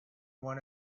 one